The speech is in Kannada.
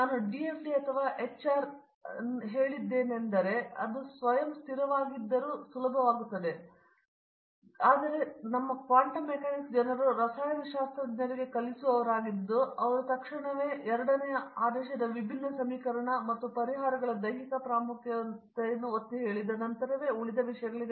ನಾನು ಡಿಎಫ್ಡಿ ಅಥವಾ ಎಚ್ಆರ್ ಅನ್ನು ಹೇಳಿದ್ದೇನೆಂದರೆ ಅದು ಸ್ವಯಂ ಸ್ಥಿರವಾಗಿದ್ದರೂ ಸುಲಭವಾಗುತ್ತದೆ ಆದರೆ ದುರದೃಷ್ಟವಶಾತ್ ನಮ್ಮ ಕ್ವಾಂಟಮ್ ಮೆಕ್ಯಾನಿಕ್ಸ್ ಜನರು ರಸಾಯನಶಾಸ್ತ್ರಜ್ಞರಿಗೆ ಕಲಿಸುವವರಾಗಿದ್ದು ಅವರು ತಕ್ಷಣವೇ ಎರಡನೆಯ ಆದೇಶದ ವಿಭಿನ್ನ ಸಮೀಕರಣ ಮತ್ತು ಪರಿಹಾರಗಳ ದೈಹಿಕ ಪ್ರಾಮುಖ್ಯತೆಯನ್ನು ಒತ್ತಿಹೇಳಿದ ನಂತರವೇ ಉಳಿದ ಎಲ್ಲ ವಿಷಯಗಳು